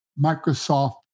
Microsoft